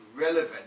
relevant